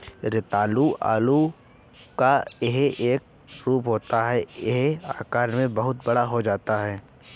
रतालू आलू का ही एक रूप होता है यह आकार में बहुत बड़ा होता है